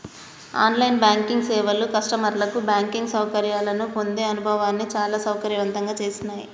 on line banking సేవలు కస్టమర్లకు banking సౌకర్యాలను పొందే అనుభవాన్ని చాలా సౌకర్యవంతంగా చేసినాయ్